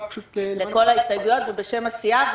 לכל ההסתייגויות, בשם הסיעה.